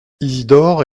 isidore